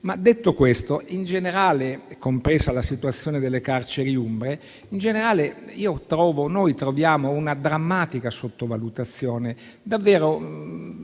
Detto questo, in generale, compresa la situazione delle carceri umbre, troviamo una drammatica sottovalutazione.